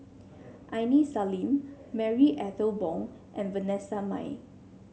Aini Salim Marie Ethel Bong and Vanessa Mae